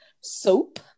soap